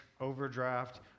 overdraft